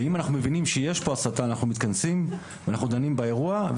ואם אנחנו מבינים שיש פה הסתה אנחנו מתכנסים ואנחנו דנים באירוע.